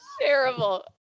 terrible